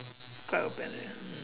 quite openly ah mm